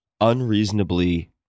unreasonably